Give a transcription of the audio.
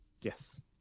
Yes